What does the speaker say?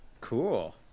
Cool